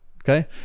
okay